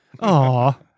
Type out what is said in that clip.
Aw